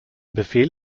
befehl